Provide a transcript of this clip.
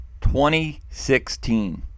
2016